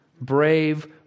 Brave